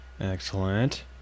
Excellent